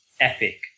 epic